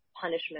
punishment